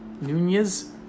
Nunez